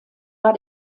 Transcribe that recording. war